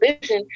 vision